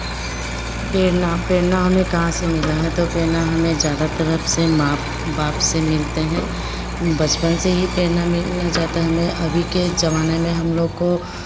प्रेरणा प्रेरणा हमें कहाँ से मिला है तो प्रेरणा हमें ज़्यादा तरफ़ से माँ बाप से मिलते हैं बचपन से ही प्रेरणा मिलना जाता है हमें अभी के ज़माने में हम लोग को